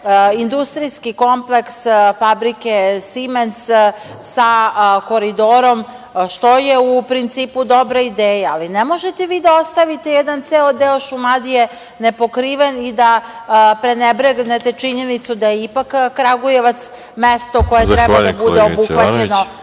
industrijski kompleks fabrike „Simens“ sa Koridorom, što je, u principu, dobra ideja, ali ne možete vi da ostavite jedan ceo deo Šumadije nepokriven i da prenebregnete činjenicu da je ipak Kragujevac mesto koje treba da bude obuhvaćeno